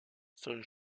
son